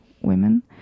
women